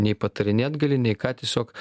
nei patarinėt gali nei ką tiesiog